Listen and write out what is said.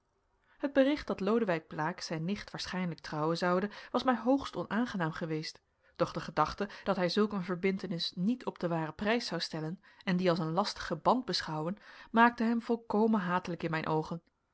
het bericht dat lodewijk blaek zijn nicht waarschijnlijk trouwen zoude was mij hoogst onaangenaam geweest doch de gedachte dat hij zulk een verbintenis niet op den waren prijs zou stellen en die als een lastigen band beschouwen maakte hem volkomen hatelijk in mijn oogen